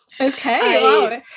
Okay